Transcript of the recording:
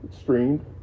streamed